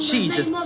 Jesus